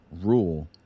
rule